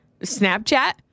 Snapchat